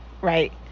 right